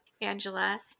Angela